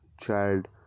child